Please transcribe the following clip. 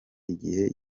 igihe